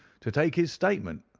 to take his statement,